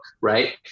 right